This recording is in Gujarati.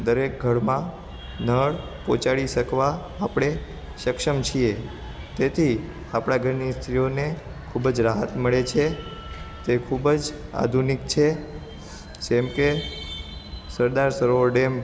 દરેક ઘરમાં નળ પહોંચાડી શકવા આપણે સક્ષમ છીએ તેથી આપણા ઘરની સ્ત્રીઓને ખૂબ જ રાહત મળે છે તે ખૂબ જ આધુનિક છે જેમકે સરદાર સરોવર ડેમ